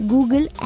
Google